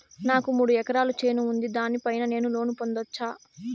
నాకు మూడు ఎకరాలు చేను ఉంది, దాని పైన నేను లోను పొందొచ్చా?